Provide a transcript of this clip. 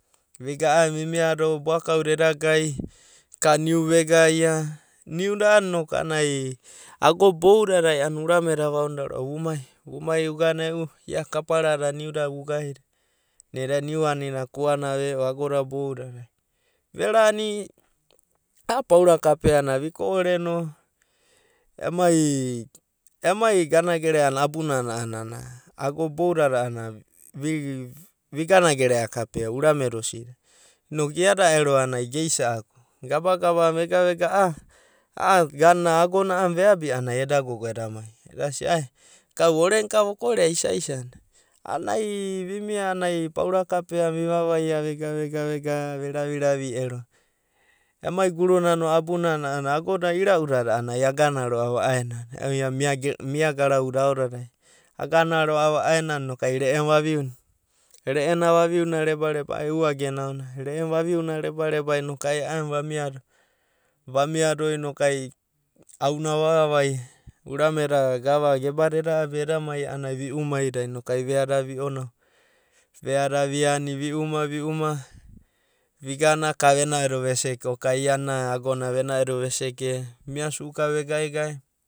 Vigana a’aenana vania do, boakau da eda gai ka niuna vegaia, niuda a’anana ai inoku agoda boudada a’anana urame da ava onda vu mai vu mai vaigana e’u kaparada niu dada vugai da, naida niu anina kuana veo, agoda boudadai. Verani, a’a paura kapea na viko’ore no emai, emai gana gerea na abunana a’anana ogoda boudada a’anana vi, vigana gerea kapea urame da osidi. Noku iada ero a’anana geisa’aku, gabagaba vegana a’aagona veabia a’anana ai eda gogo edam ai. eda sia, kau orena ka vokorea. Ba isania e a’anana viama a’anai paura kapea na vivavai vega, vega, vegana veraviravi ero. Emai guru na no abunane a’anana ago da irau dada a’anana ai agana roa’va a’aenana, unintelligent mia garau da ao dadai, agana roa’va a’aenanai noku re’e na vavuina re’ena reba, reba enagenaonana re’ena vaviuna rebareba inoku ai a’aenana vamiado noku ai auna vavavaia, urame da gava geba da eda abi eda mai a’anana noku ai vi umaida vea da vionau, veo, da viani vi uma, vi umaida vea da viani vi ume, vi uma vigana ka vena edo ve seke o. k ai iana ena ago na veseke. vimie su’uka vegaegae.